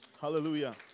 Hallelujah